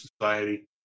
society